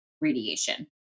radiation